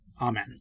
Amen